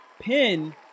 pin